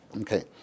Okay